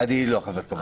אני לא חבר קבוע בוועדה.